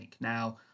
Now